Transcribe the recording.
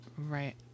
right